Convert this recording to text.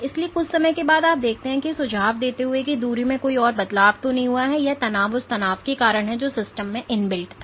इसलिए कुछ समय के बाद आप देखते हैं कि यह सुझाव देते हुए कि दूरी में कोई और बदलाव नहीं हुआ है क्योंकि यह तनाव उस तनाव के कारण है जो सिस्टम में इनबिल्ट था